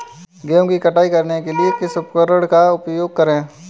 गेहूँ की कटाई करने के लिए किस उपकरण का उपयोग करें?